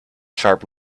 sharp